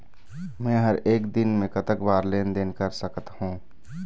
मे हर एक दिन मे कतक बार लेन देन कर सकत हों?